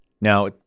Now